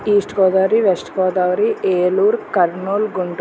east Godavari west Godavari Eluru Kurnool Guntur